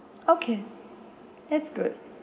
okay that's good